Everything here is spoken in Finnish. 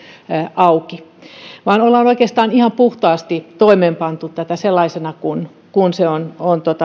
auki ja ollaan oikeastaan ihan puhtaasti toimeenpantu tätä sellaisena kuin se on on